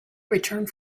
returned